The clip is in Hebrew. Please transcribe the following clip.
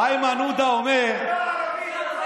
אתה ערבי, איימן עודה אומר, אתה ערבי, דרך אגב.